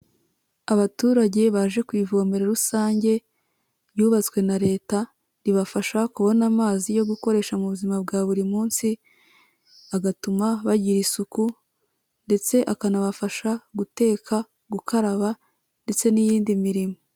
Abaturage baje ku ivomero rusange ryubatswe na Leta, ribafasha kubona amazi yo gukoresha mu buzima bwa buri munsi, agatuma bagira isuku, ndetse akanabafasha guteka, gukaraba, ndetse n'iyindi mirimo.